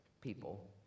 people